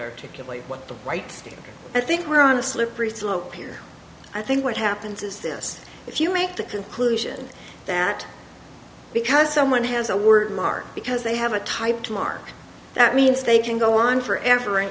articulate what the right i think we're on a slippery slope here i think what happens is this if you make the conclusion that because someone has a word mark because they have a typed mark that means they can go on for ever and